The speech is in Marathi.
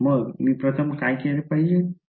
मग मी प्रथम काय केले पाहिजे